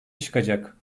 çıkacak